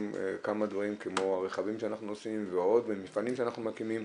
כמה דברים כמו הרכבים שאנחנו נוסעים ומפעלים שאנחנו מקימים.